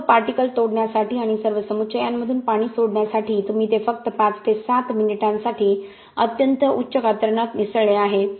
सर्व पार्टिकलतोडण्यासाठी आणि सर्व समुच्चयांमधून पाणी सोडण्यासाठी तुम्ही ते फक्त 5 ते 7 मिनिटांसाठी अत्यंत उच्च कातरणात मिसळले आहे